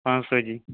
پانٛژھ تٲجۍ